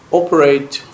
operate